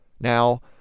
Now